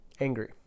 angry